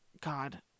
God